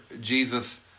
Jesus